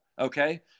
okay